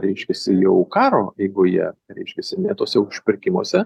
reiškiasi jau karo eigoje reiškiasi ne tuose užpirkimuose